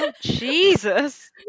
Jesus